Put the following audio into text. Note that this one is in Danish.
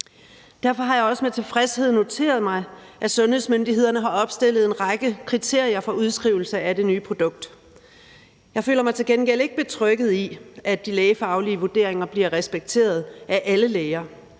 Derfor har jeg også med tilfredshed noteret mig, at sundhedsmyndighederne har opstillet en række kriterier for udskrivelse af det nye produkt. Jeg føler mig til gengæld ikke betrygget i, at de lægefaglige vurderinger bliver respekteret af alle læger.